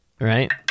right